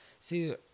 See